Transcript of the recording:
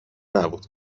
نبود